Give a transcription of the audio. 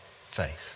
faith